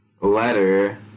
letter